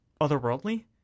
otherworldly